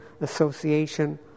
Association